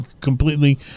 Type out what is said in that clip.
completely